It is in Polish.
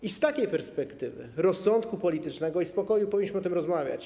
I z takiej perspektywy: rozsądku politycznego i spokoju, powinniśmy o tym rozmawiać.